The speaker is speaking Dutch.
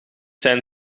zijn